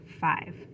five